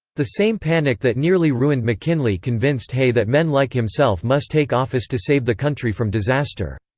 the same panic that nearly ruined mckinley convinced hay that men like himself must take office to save the country from disaster.